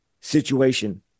situation